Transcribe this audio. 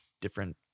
different